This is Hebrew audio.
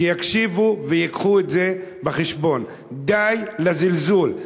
שיקשיבו וייקחו את זה בחשבון: די לזלזול.